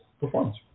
performance